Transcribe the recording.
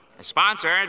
sponsored